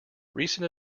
recent